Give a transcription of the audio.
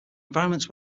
environments